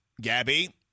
Gabby